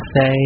say